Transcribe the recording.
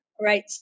right